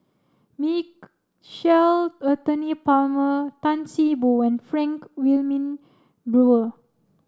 Anthony Palmer Tan See Boo and Frank Wilmin Brewer